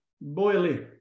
boiling